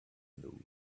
know